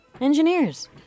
Engineers